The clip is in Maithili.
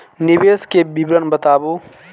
निवेश के विवरण बताबू?